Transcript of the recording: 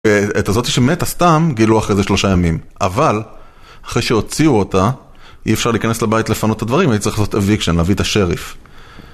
את הזאת שמתה סתם גילו אחרי זה שלושה ימים, אבל אחרי שהוציאו אותה אי אפשר להיכנס לבית לפנו את הדברים, היית צריך לעשות אביקשן, להביא את השריף.